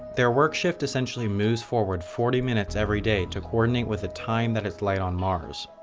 their work shift essentially moves forward forty minutes every day to coordinate with the time that it's light on mars.